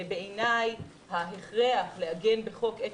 בעיניי ההכרח לעגן בחוק את